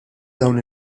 dawn